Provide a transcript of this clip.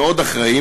הם מאוד אחראיים,